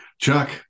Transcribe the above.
Chuck